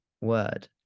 word